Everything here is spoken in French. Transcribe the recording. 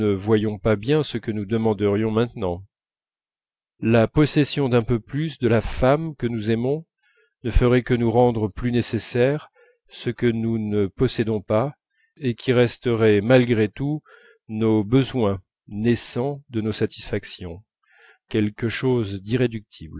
voyons pas bien ce que nous demanderions maintenant la possession d'un peu plus de la femme que nous aimons ne ferait que nous rendre plus nécessaire ce que nous ne possédons pas et qui resterait malgré tout nos besoins naissant de nos satisfactions quelque chose d'irréductible